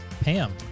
Pam